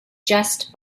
just